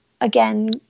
again